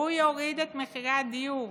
שהוא יוריד את מחירי הדיור.